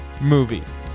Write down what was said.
movies